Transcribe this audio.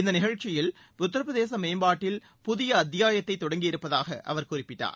இந்த நிகழ்ச்சிகள் உத்தரப்பிரதேச மேம்பாட்டில் புதிய அத்தியாயத்தை தொடங்கி இருப்பதாக அவர் குறிப்பிட்டார்